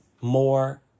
more